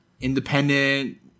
independent